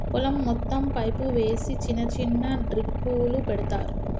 పొలం మొత్తం పైపు వేసి చిన్న చిన్న డ్రిప్పులు పెడతార్